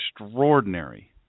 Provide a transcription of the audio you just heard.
extraordinary